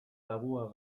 tabua